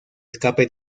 escape